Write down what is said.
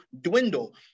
dwindle